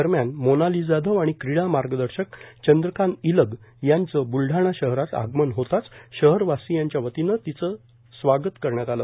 दरम्यान मोनाली जाधव आणि क्रीडा मार्गदर्शक चंद्रकांत ईलग यांचं ब्लडाणा शहरात आगमन होताच शहरवासीयांच्या वतीनं तिचं स्वागत करण्यात आलं